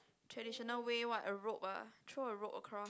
traditional way what a rope ah throw a rope across